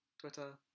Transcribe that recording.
Twitter